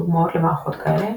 דוגמאות למערכות כאלה